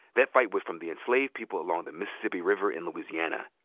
that fight was from the enslaved people along the mississippi river in louisiana.